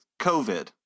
COVID